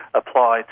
apply